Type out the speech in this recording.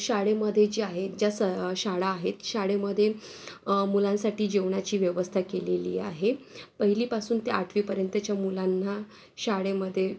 शाळेमध्ये जे आहे ज्या स शाळा आहेत शाळेमध्ये मुलांसाठी जेवणाची व्यवस्था केलेली आहे पहिलीपासून ते आठवीपर्यंतच्या मुलांना शाळेमध्ये